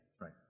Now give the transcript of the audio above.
Right